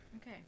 Okay